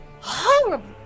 horrible